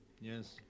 Yes